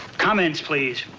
comments, please.